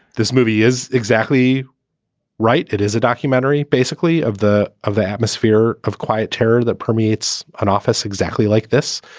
this movie is exactly right it is a documentary basically of the of the atmosphere of quiet terror that permeates an office exactly like this.